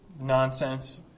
nonsense